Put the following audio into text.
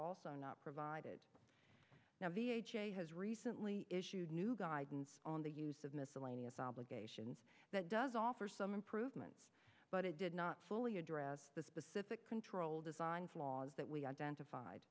also not provided has recently issued new guidance on the use of miscellaneous obligations that does offer some improvement but it did not fully address the specific control design flaws that we identified